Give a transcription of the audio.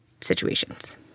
situations